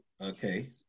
Okay